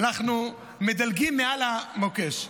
אנחנו מדלגים מעל המוקש.